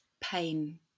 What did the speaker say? pain